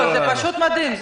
לא, זה פשוט מדהים.